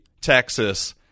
Texas